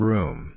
Room